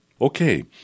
Okay